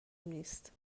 نیست